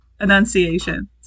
enunciation